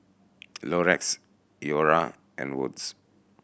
Rolex Iora and Wood's